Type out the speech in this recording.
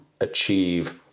achieve